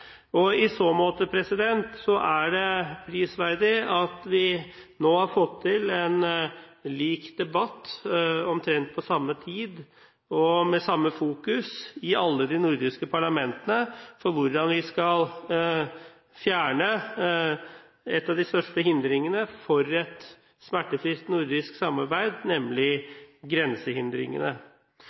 I så måte er det prisverdig at vi nå har fått til en lik debatt omtrent på samme tid og med samme fokus i alle de nordiske parlamentene om hvordan vi skal fjerne en av de største hindringene for et smertefritt nordisk samarbeid, nemlig grensehindringene.